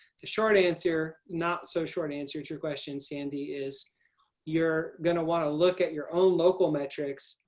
the short answer not so, short answer to your question sandy is you're going to want to look at your own local metrics.